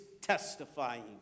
testifying